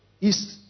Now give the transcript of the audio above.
East